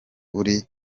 uri